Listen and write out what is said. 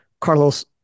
carlos